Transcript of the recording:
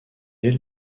est